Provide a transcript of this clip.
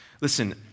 Listen